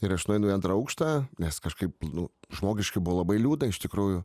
ir aš nueinu į antrą aukštą nes kažkaip nu žmogiškai buvo labai liūdna iš tikrųjų